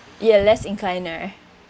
yeah less inclined right